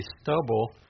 stubble